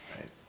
Right